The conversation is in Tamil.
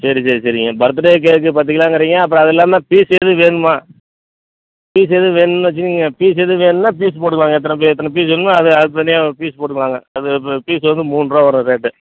சரி சரி சரிங்க பர்த்டே கேக்கு பத்துக் கிலோங்கறீங்க அப்புறம் அது இல்லாமல் பீஸ் எதுவும் வேணுமா பீஸ் எதுவும் வேணுன்னு வச்சுக்குங்க பீஸ் எதுவும் வேணுன்னா பீஸ் போட்டுக்கலாங்க எத்தனை பே எத்தனை பீஸ் வேணுமோ அது அதுக்குத் தனியாக பீஸ் போட்டுக்கலாங்க அது ப பீஸ் வந்து மூன்றுரூவா வரும் ரேட்டு